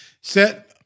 set